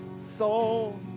soul